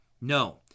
No